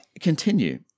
Continue